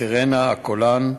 הסירנה והקולן,